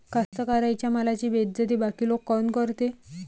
कास्तकाराइच्या मालाची बेइज्जती बाकी लोक काऊन करते?